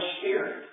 spirit